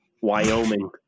Wyoming